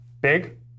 Big